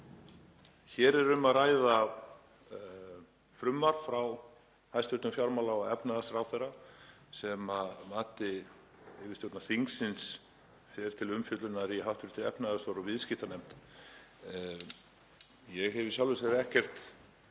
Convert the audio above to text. Hér er um að ræða frumvarp frá hæstv. fjármála- og efnahagsráðherra sem að mati yfirstjórnar þingsins fer til umfjöllunar í hv. efnahags- og viðskiptanefnd. Ég hef í sjálfu sér ekkert